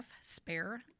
Spare